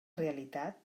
realitat